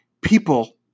people